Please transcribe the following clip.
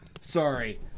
sorry